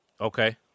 Okay